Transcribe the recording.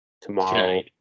tomorrow